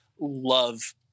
love